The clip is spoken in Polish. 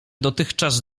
dotychczas